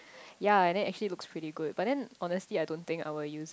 ya and then actually looks pretty good but then honestly I don't think I will use it